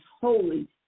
holy